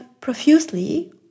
profusely